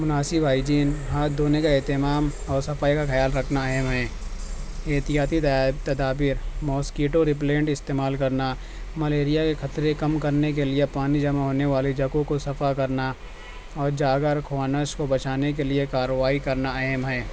مناسب ہائجین ہاتھ دھونے کا اہتمام اور صفائی کا خیال رکھنا اہم ہے احتیاطی تدابیر ماسکیٹو رپلینٹ استعمال کرنا ملیریا کے خطرے کم کرنے کے لیے پانی جمع ہونے والی جگہوں کو صفائی کرنا اور جاگرُک ہونا اس کو بچانے کے لیے کاروائی کرنا اہم ہے